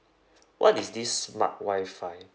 what is this smart wi-fi